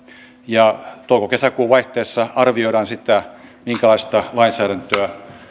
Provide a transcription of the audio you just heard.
ja touko kesäkuun vaihteessa arvioidaan sitä minkälaista lainsäädäntöä